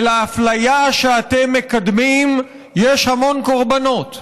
לאפליה שאתם מקדמים יש המון קורבנות.